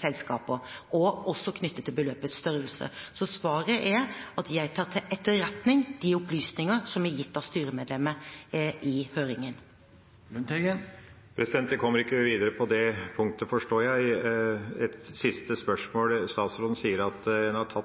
selskaper, også knyttet til beløpets størrelse. Svaret er at jeg tar til etterretning de opplysninger som er gitt av styremedlemmet i høringen. Vi kommer ikke videre på det punktet, forstår jeg. Et siste spørsmål. Statsråden sier at hun har tatt